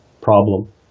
problem